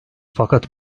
fakat